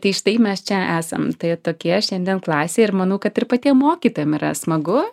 tai štai mes čia esam tokie šiandien klasė ir manau kad ir patiem mokytojam yra smagu